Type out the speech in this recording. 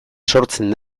sortzen